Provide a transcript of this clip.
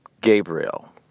Gabriel